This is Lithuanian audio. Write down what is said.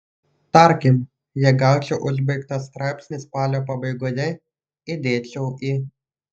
tarkim jei gaučiau užbaigtą straipsnį spalio pabaigoje įdėčiau į